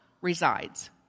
resides